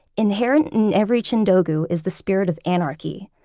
inherent in every chindogu, is the spirit of anarchy.